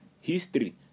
history